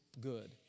good